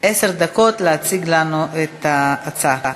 עשר דקות להציג לנו את ההצעה.